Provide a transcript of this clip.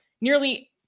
Nearly